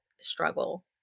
struggle